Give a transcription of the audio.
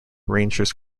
rangers